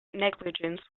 negligence